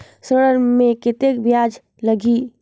ऋण मे कतेक ब्याज लगही?